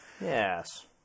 Yes